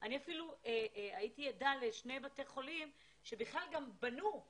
אני הייתי עדה לשני בתי חולים שבנו מתחמים,